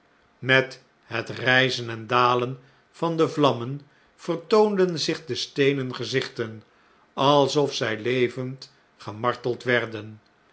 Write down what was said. met het rpen en dalen van de vlammen vertoonden zich de steenen gezichten alsof zij levend gemarteld werden